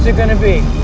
ah gonna be?